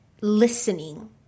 listening